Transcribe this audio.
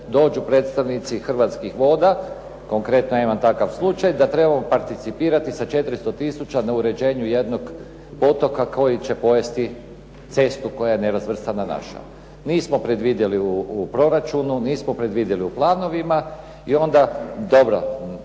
dođu predstavnici Hrvatskih voda, konkretno imam takav slučaj, da trebamo participirati sa 400 tisuća na uređenju jednog potoka koji će pojesti cestu koja je nerazvrstana naša. Nismo predvidjeli u proračunu, nismo predvidjeli u planovima. I onda dobro